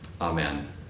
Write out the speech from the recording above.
amen